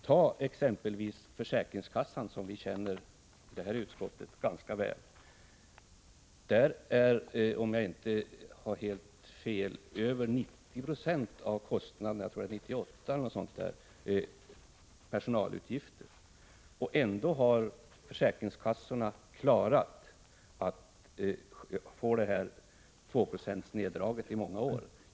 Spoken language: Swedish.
Ta exempelvis försäkringskassan, som vi i socialförsäkringsutskottet känner väl! Om jag inte minns fel är över 90 96 — jag tror att det var 98 90 — av försäkringskassornas kostnader personalutgifter. Trots det har försäkringskassorna under många år klarat 2-procentsneddragningen.